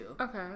Okay